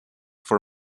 for